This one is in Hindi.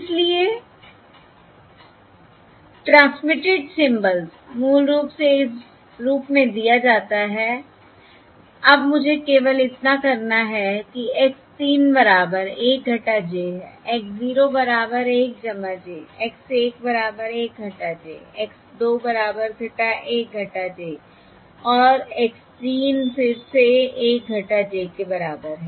इसलिए ट्रांसमिटेड सिम्बल्स मूल रूप से इस रूप में दिया जाता है अब मुझे केवल इतना करना है कि x 3 बराबर 1 j है x 0 बराबर 1 j x 1 बराबर 1 j x 2 बराबर 1 j और x 3 फिर से 1 j के बराबर है